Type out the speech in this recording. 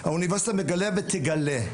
האוניברסיטה מגלה ותגלה,